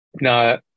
No